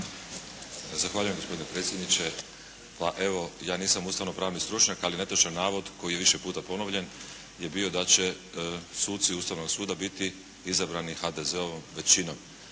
Zahvaljujem, gospodine predsjedniče. Pa evo, ja nisam ustavno-pravni stručnjak ali netočan navod koji je više puta ponovljen je bio da će suci Ustavnog suda biti izabrani HDZ-ovom većinom